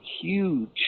huge